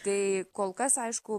tai kol kas aišku